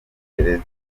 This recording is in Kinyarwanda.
gereza